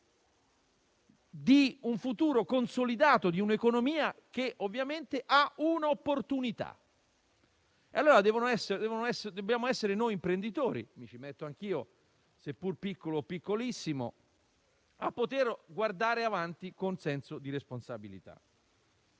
per un futuro consolidato di un'economia che ovviamente ha un'opportunità. Allora, dobbiamo essere noi imprenditori - mi ci metto anch'io, seppur piccolissimo - a guardare avanti con senso di responsabilità.